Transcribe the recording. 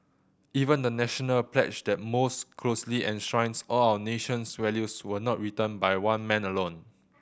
even the National pledge that most closely enshrines all our nation's values was not written by one man alone